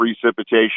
precipitation